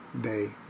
day